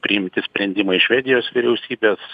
priimti sprendimai švedijos vyriausybės